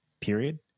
period